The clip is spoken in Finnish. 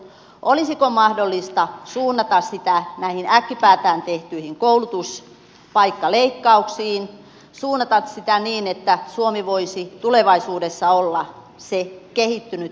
olisiko mahdollista suunnata sitä näihin äkkipäätään tehtyihin koulutuspaikkaleikkauksiin suunnata sitä niin että suomi voisi tulevaisuudessa olla se kehittynyt koulutusmaa